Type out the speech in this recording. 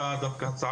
אולי שם דווקא יש,